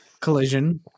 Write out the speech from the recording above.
collision